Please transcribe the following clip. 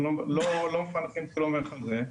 אנחנו לא מפענחים צילומי חזה,